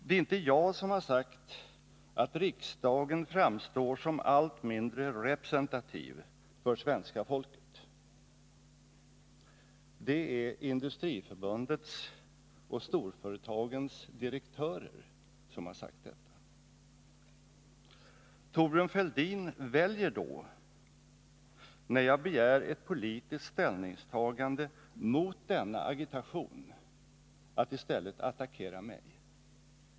Det är inte heller jag som har sagt att riksdagen framstår som allt mindre representativ för svenska folket — det är Industriförbundets och storföretagens direktörer som har sagt detta. När jag begär ett politiskt ställningstagande mot denna agitation, väljer Thorbjörn Fälldin att i stället attackera mig.